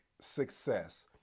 success